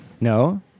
No